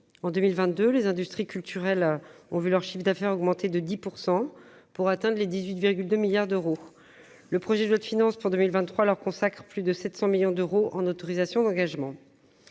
en 2022, les industries culturelles ont vu leur chiffre d'affaires a augmenté de 10 % pour atteindre les 18,2 milliards d'euros, le projet de loi de finances pour 2023 leur consacrent plus de 700 millions d'euros en autorisations d'engagement